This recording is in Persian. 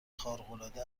خارقالعاده